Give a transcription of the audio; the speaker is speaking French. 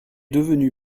devenue